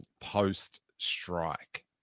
post-strike